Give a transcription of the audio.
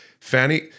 Fanny